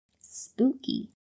Spooky